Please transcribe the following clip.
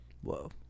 Whoa